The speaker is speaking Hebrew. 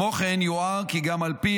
כמו כן יוער כי גם על פי